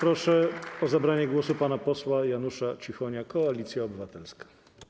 Proszę o zabranie głosu pana posła Janusza Cichonia, Koalicja Obywatelska.